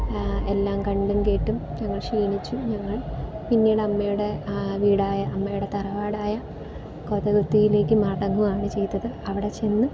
എല്ലാം കണ്ടും കേട്ടും ഞങ്ങൾ ക്ഷീണിച്ചു ഞങ്ങൾ പിന്നീട് അമ്മയുടെ വീടായ അമ്മയുടെ തറവാടായ കോതകൊത്തിയിലേക്ക് മടങ്ങുവാണ് ചെയ്തത് അവിടെ ചെന്ന്